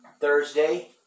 Thursday